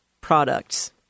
products